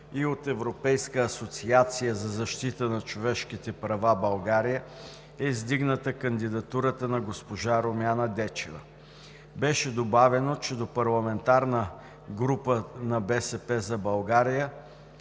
а от „Европейска асоциация за защита на човешките права – България“ е издигната кандидатурата на госпожа Румяна Дечева. Беше добавено, че до парламентарната група на „БСП за България“